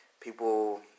People